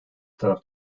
taraf